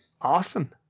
Awesome